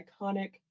iconic